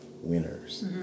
winners